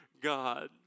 God